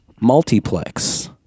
multiplex